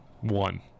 One